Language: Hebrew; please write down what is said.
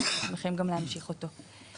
אנחנו שמחים גם להמשיך אותו.